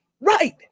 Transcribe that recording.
right